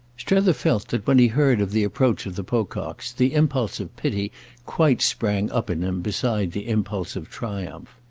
strether felt that when he heard of the approach of the pococks the impulse of pity quite sprang up in him beside the impulse of triumph.